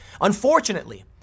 Unfortunately